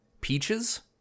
peaches